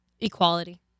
Equality